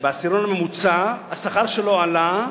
בעשירון הממוצע, השכר שלו עלה,